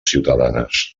ciutadanes